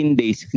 days